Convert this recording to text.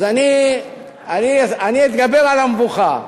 אז אני אתגבר על המבוכה.